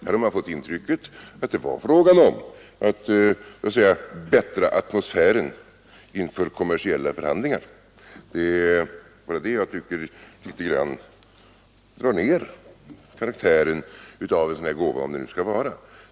Här har man fått intrycket att det gällde att så att säga bättra atmosfären inför kommersiella förhandlingar, och det är det jag tycker litet grand drar ner karaktären av en gåva.